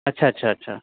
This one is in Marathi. अच्छा अच्छा अच्छा